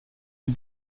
est